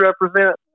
represent